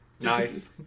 Nice